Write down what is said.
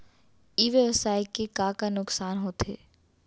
ई व्यवसाय के का का नुक़सान होथे?